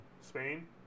Spain